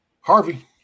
Harvey